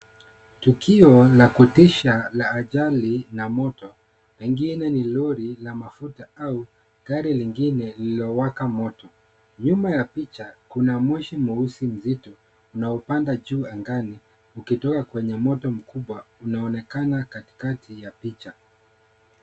Tukio la kutisha la ajali na moto. Pengine ni lori la mafuta au gari lingine lililowaka moto. Nyuma ya picha kuna moshi mweusi mzito unaopanda juu angani ukitoka kwenye moto mkubwa unaoonekana katikati ya picha.